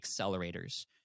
accelerators